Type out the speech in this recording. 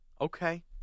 Okay